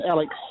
Alex